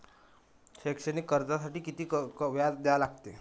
शैक्षणिक कर्जासाठी किती व्याज द्या लागते?